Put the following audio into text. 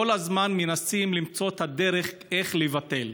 כל הזמן מנסים למצוא את הדרך לבטל.